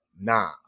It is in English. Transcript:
nah